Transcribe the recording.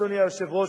אדוני היושב-ראש,